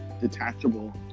detachable